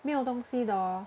没有东西的 hor